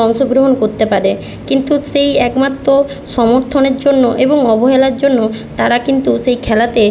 অংশগ্রহণ করতে পারে কিন্তু সেই একমাত্র সমর্থনের জন্য এবং অবহেলার জন্য তারা কিন্তু সেই খেলাতে